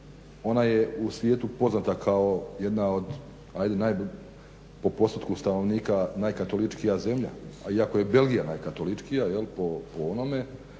ona je u svijetu poznata kao jedna od ajde po postotku stanovnika najkatoličkija zemlja, a iako je Belgija najkatoličkija jel' po onome,